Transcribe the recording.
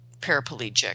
paraplegic